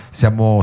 siamo